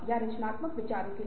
अब बातचीत के कुछ मार्ग हैं